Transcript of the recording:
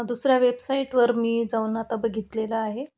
दुसऱ्या वेबसाईटवर मी जाऊन आता बघितलेलं आहे